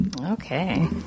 Okay